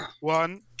one